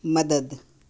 مدد